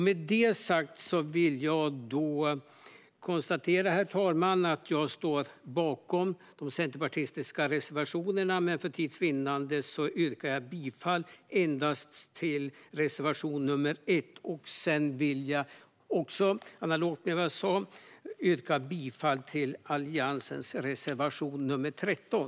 Med det sagt vill jag konstatera, herr talman, att jag står bakom de centerpartistiska reservationerna, men för tids vinnande yrkar jag bifall endast till reservation nr 1. Jag vill också, analogt med vad jag sa, yrka bifall till Alliansens reservation nr 13.